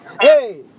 hey